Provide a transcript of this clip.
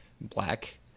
black